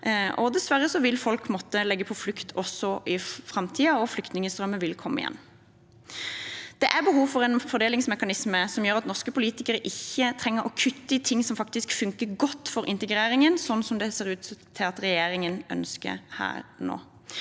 Dessverre vil folk måtte legge på flukt også i framtiden, og flyktningstrømmer vil komme igjen. Det er behov for en fordelingsmekanisme som gjør at norske politikere ikke trenger å kutte i ting som faktisk funker godt for integreringen, slik det ser ut til at regjeringen ønsker nå.